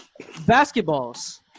basketballs